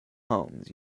homes